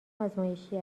ازمایشی